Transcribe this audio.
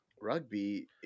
rugby